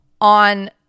on